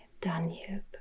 Danube